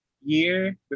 year